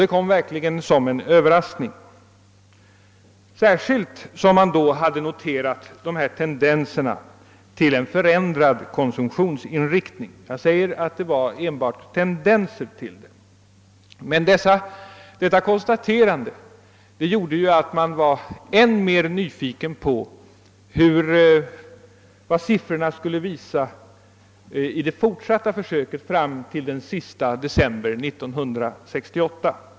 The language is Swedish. Det var verkligen överraskande, speciellt som man då hade noterat tendenser till en förändrad konsumtionsinriktning. Jag understryker att det bara var tendenser, men de gjorde ändå att man blivit nyfiken på vad siffrorna skulle ha visat om försöket hade fortsatt fram till den 31 december 1968.